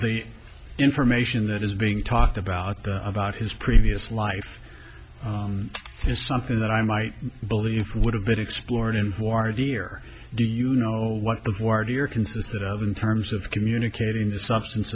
the information that is being talked about about his previous life is something that i might believe would have been explored in war dear do you know what and where do your consisted of in terms of communicating the substance